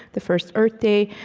the first earth day.